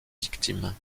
victimes